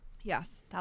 yes